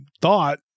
thought